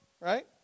right